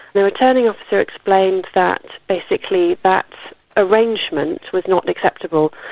the returning officer explained that basically that arrangement was not acceptable,